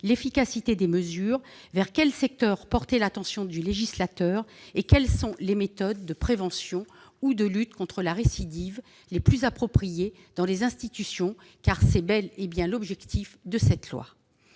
l'efficacité des mesures, vers quels secteurs porter l'attention du législateur et quelles sont les méthodes de prévention ou de lutte contre la récidive les plus appropriées dans les institutions. Je tiens à saluer l'excellent et